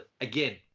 again